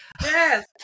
Yes